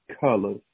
colors